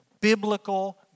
biblical